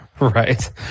Right